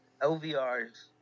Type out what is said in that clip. LVRs